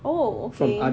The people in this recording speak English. oh okay